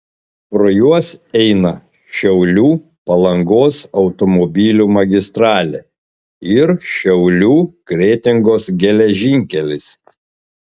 pro juos eina šiaulių palangos automobilių magistralė ir šiaulių kretingos geležinkelis